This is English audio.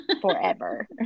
forever